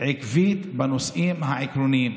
עקבית בנושאים העקרוניים.